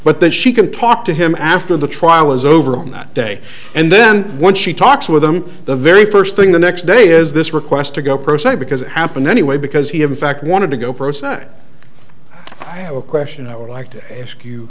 that she can talk to him after the trial is over on that day and then when she talks with them the very first thing the next day is this request to go proceed because it happened anyway because he had in fact wanted to go pro se i have a question i would like to ask you